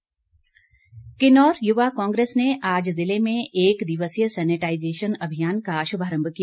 युवा कांग्रे स किन्नौर युवा कांग्रेस ने आज जिले में एक दिवसीय सैनिटाइज़ेशन अभियान का शुभारम्म किया